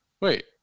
Wait